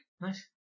Nice